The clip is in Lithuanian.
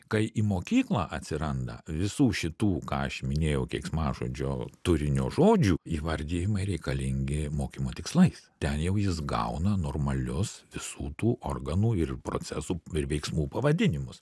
kai į mokyklą atsiranda visų šitų ką aš minėjau keiksmažodžio turinio žodžių įvardijimai reikalingi mokymo tikslais ten jau jis gauna normalius visų tų organų ir procesų ir veiksmų pavadinimus